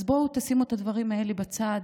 אז בואו תשימו את הדברים האלה בצד.